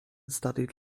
studied